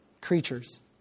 creatures